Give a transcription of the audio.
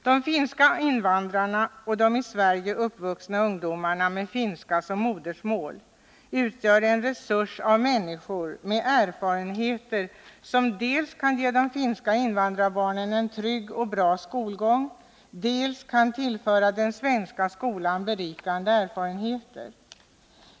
De finska invandrarna och de i Sverige uppvuxna ungdomarna med finska som modersmål utgör en resurs av människor med erfarenheter som dels kan ge de finska invandrarbarnen en trygg och bra skolgång, dels kan tillföra den svenska skolan berikande erfarenheter.